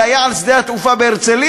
זה היה על שדה התעופה בהרצליה,